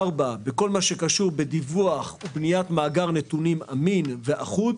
ארבע בכל מה שקשור בדיווח ובניית מאגר נתונים אמין ואחוד,